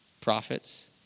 prophets